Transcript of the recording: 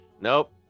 Nope